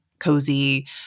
cozy